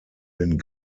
den